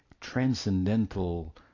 transcendental